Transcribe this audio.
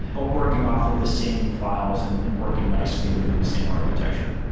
but working off of the same files and and working nicely within the same architecture.